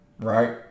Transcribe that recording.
right